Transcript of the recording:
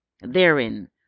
Therein